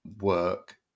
work